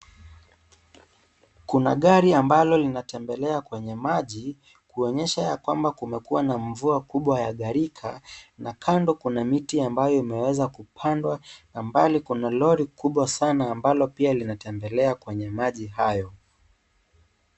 Kuna gari ambalo linatembelea kwenye maji kuonyesha ya kwamba kumekuwa na mvua kubwa wa gharika na kando kuna miti ambayo imeweza kupandwa na mbali kuna lori kubwa sana ambalo pia linatembelea kwenye maji hayo.